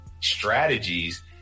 strategies